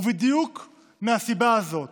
בדיוק מהסיבה הזאת